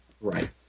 Right